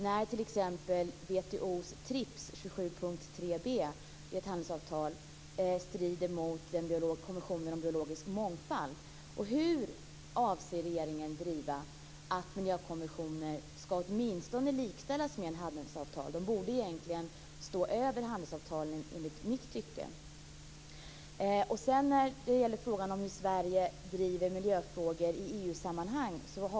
T.ex. WTO:s handelsavtal TRIPS 27.3b strider mot konventionen om biologisk mångfald. Hur avser regeringen driva frågan att miljökonventioner åtminstone ska likställas med handelsavtal? De borde, enligt mitt tycke, egentligen stå över handelsavtalen. Jag har en konkret fråga när det gäller hur Sverige driver miljöfrågor i EU-sammanhang.